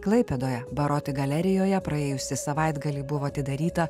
klaipėdoje baroti galerijoje praėjusį savaitgalį buvo atidaryta